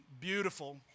beautiful